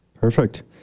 Perfect